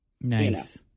Nice